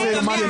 מה לעשות,